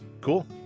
cool